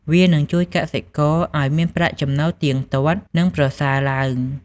វានឹងជួយកសិករឲ្យមានប្រាក់ចំណូលទៀងទាត់និងប្រសើរឡើង។